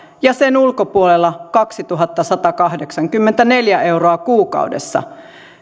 ja sen ulkopuolella kaksituhattasatakahdeksankymmentäneljä euroa kuukaudessa